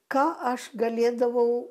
ką aš galėdavau